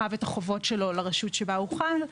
חב את החובות שלו לרשות שבה הוא חי.